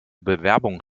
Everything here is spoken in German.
bewerbung